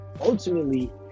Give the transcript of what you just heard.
ultimately